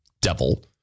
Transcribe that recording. devil